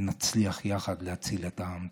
ונצליח יחד להציל את העם.